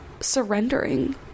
surrendering